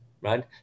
right